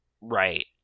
Right